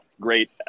great